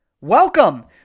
Welcome